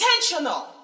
intentional